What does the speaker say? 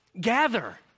gather